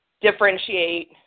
differentiate